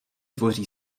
tvoří